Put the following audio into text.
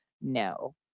No